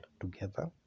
together